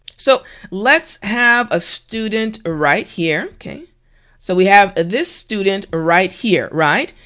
so let's have a student ah right here. so we have this student ah right here, right?